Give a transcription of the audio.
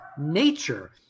nature